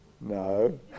No